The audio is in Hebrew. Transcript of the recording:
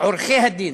עורכי-הדין